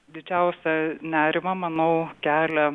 didžiausią nerimą manau kelia